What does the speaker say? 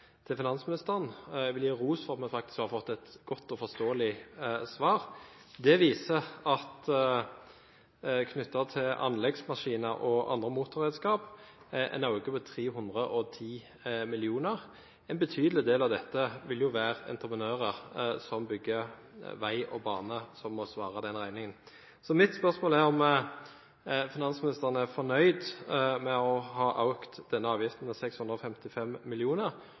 til finansministeren. Jeg vil gi ros for at vi faktisk har fått et godt og forståelig svar. Det viser at det er en økning knyttet til anleggsmaskiner og andre motorredskaper på 310 mill. kr. Entreprenører som bygger vei og bane, må svare for en betydelig del av den regningen. Mitt spørsmål er om finansministeren er fornøyd med å ha økt denne avgiften til 655